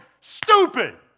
Stupid